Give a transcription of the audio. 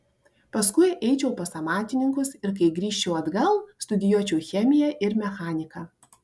paskui eičiau pas amatininkus ir kai grįžčiau atgal studijuočiau chemiją ir mechaniką